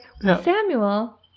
Samuel